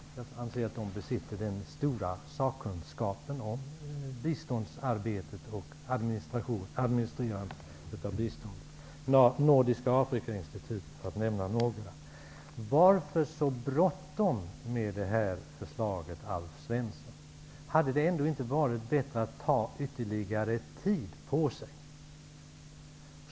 Jag anser att de besitter den stora sakkunskapen om biståndsarbetet och administrerandet av biståndet. Jag kan också nämna Nordiska Afrikainstitutet. Varför har ni så bråttom med det här förslaget, Alf Svensson? Hade det inte varit bättre att ta ytterligare tid på sig?